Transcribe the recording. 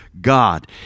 God